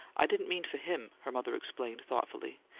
i didn't mean for him, her mother explained, thoughtfully.